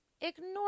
ignore